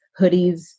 hoodies